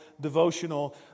devotional